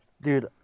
Dude